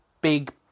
big